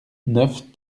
neuf